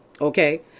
Okay